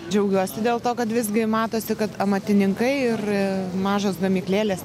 džiaugiuosi dėl to kad visgi matosi kad amatininkai ir mažos gamyklėlės